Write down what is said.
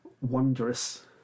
wondrous